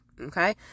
okay